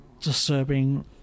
disturbing